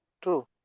true